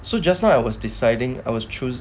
so just now I was deciding I was choose